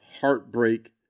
heartbreak